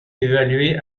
évalué